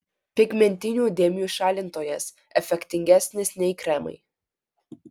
pigmentinių dėmių šalintojas efektingesnis nei kremai